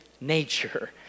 nature